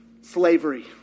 slavery